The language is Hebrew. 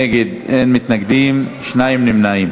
אין מתנגדים, שני נמנעים.